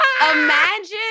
Imagine